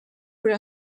però